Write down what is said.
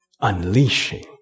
unleashing